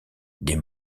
des